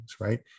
right